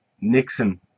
Nixon